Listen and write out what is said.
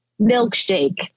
milkshake